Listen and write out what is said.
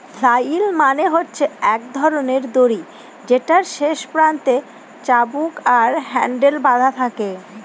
flail মানে হচ্ছে এক ধরনের দড়ি যেটার শেষ প্রান্তে চাবুক আর হ্যান্ডেল বাধা থাকে